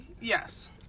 yes